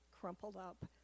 crumpled-up